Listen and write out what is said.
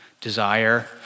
desire